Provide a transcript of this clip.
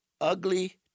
ugly